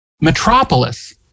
Metropolis